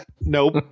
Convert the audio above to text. nope